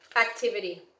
activity